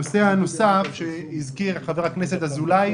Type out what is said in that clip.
נושא נוסף שהזכיר חבר הכנסת אזולאי,